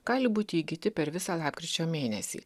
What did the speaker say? gali būti įgyti per visą lapkričio mėnesį